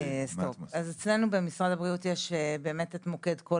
אז אצלנו במשרד הבריאות יש באמת את מוקד קול